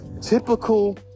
Typical